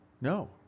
No